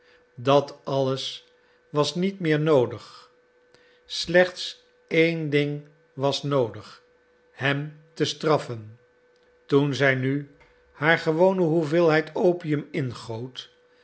dat alles was niet meer noodig slechts een ding was noodig hem te straffen toen zij nu haar gewone hoeveelheid opium ingoot